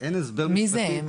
ואין הסבר משפטי --- מי זה "הם"?